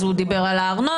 אז הוא דיבר על הארנונה.